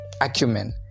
acumen